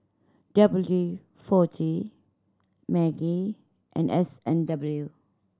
W D Forty Maggi and S and W